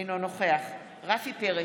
אינו נוכח רפי פרץ,